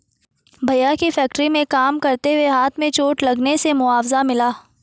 भैया के फैक्ट्री में काम करते हुए हाथ में चोट लगने से मुआवजा मिला हैं